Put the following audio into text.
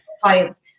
clients